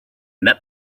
that